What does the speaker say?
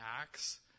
Acts